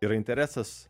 yra interesas